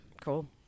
Cool